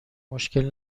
مشکلی